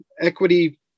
equity –